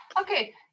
Okay